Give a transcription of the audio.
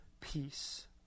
peace